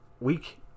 Week